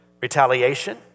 retaliation